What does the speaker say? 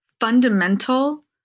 fundamental